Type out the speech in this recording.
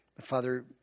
Father